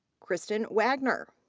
kristen wagner.